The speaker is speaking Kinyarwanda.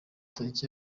tariki